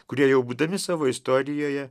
kurie jau būdami savo istorijoje